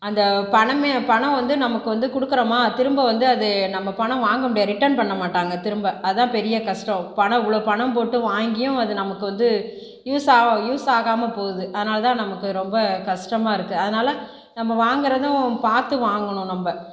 அந்த பணமே பணம் வந்து நமக்கு வந்து கொடுக்கறோமா திரும்ப வந்து அது நம்ம பணம் வாங்கமுடியாது ரிட்டன் பண்ணமாட்டாங்க திரும்ப அதுதான் பெரிய கஷ்டம் பணம் இவ்வளோ பணம் போட்டு வாங்கியும் அது நமக்கு வந்து யூஸ் ஆகா யூஸ் ஆகாமல் போகுது அதனால் தான் நமக்கு ரொம்ப கஷ்டமாக இருக்கு அதனால் நம்ம வாங்கறதும் பார்த்து வாங்கணும் நம்ப